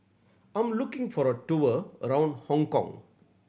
I' m looking for a tour around Hong Kong